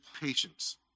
patience